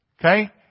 okay